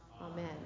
Amen